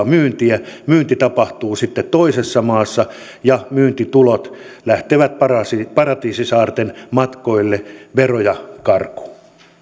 myyntiä myynti tapahtuu sitten toisessa maassa ja myyntitulot lähtevät paratiisisaarten matkoille veroja karkuun